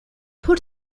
por